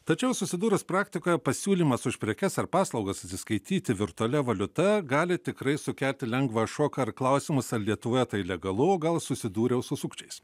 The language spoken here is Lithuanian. tačiau susidūrus praktikoje pasiūlymas už prekes ar paslaugas atsiskaityti virtualia valiuta gali tikrai sukelti lengvą šoką ar klausimas ar lietuvoje tai legalu gal susidūriau su sukčiais